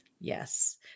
Yes